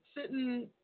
sitting